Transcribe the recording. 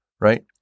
right